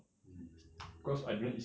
mm